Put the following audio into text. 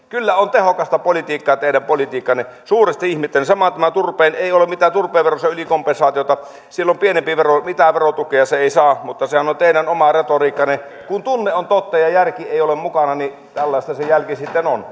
kyllä on tehokasta politiikkaa teidän politiikkanne suuresti ihmettelen samoin tämä turve ei ole mitään turpeen verotuksen ylikompensaatiota sillä on pienempi vero mitään verotukia se ei saa mutta sehän on teidän omaa retoriikkaanne kun tunne on totta ja järki ei ole mukana niin tällaista se jälki sitten on